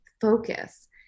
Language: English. focus